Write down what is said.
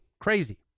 Crazy